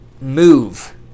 move